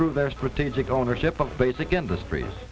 through their strategic ownership of basic industries